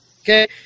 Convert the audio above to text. Okay